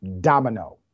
domino